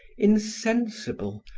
insensible,